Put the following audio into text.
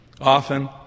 Often